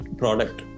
product।